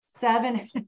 seven